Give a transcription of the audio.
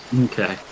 Okay